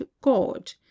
God